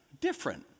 different